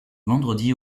vendredi